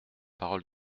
parole